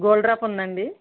gold Drop ఉందాండి